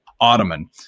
ottoman